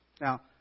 Now